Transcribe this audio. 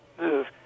move